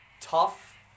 tough